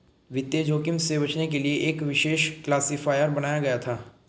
वित्तीय जोखिम से बचने के लिए एक विशेष क्लासिफ़ायर बनाया गया था